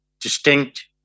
distinct